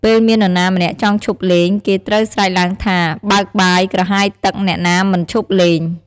ពេលមាននរណាម្នាក់ចង់ឈប់លេង គេត្រូវស្រែកឡើងថា "បើកបាយ ក្រហាយទឹក អ្នកណាមិនឈប់លេង"។